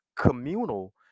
communal